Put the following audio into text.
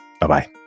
Bye-bye